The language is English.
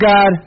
God